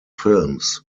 films